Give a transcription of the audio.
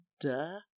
duh